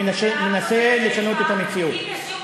ומנסה לשנות את המציאות.